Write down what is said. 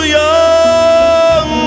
young